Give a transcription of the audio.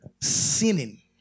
Sinning